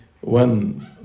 one